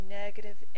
negative